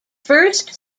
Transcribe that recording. first